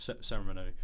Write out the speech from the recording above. ceremony